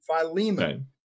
Philemon